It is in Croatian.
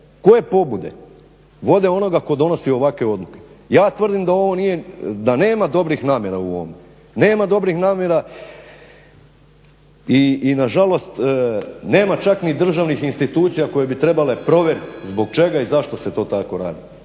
Koje pobude vode onoga tko donosi ovakve odluke? Ja tvrdim da nema dobrih namjera u ovome, nema dobrih namjera i nažalost nema čak ni državnih institucija koje bi trebale provjeriti zbog čega i zašto se to tako radi.